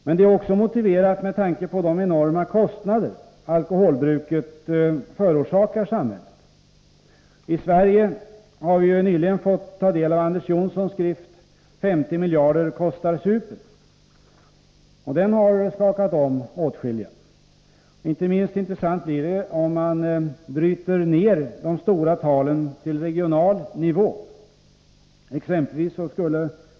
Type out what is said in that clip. Men det är också motiverat med tanke på de enorma kostnader alkoholbruket förorsakar samhället. I Sverige har vi nyligen fått ta del av Anders Jonssons skrift ”50 miljarder kostar supen” , och den har skakat om åtskilliga. Inte minst intressant blir det om man bryter ner de stora talen till regional nivå.